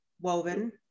woven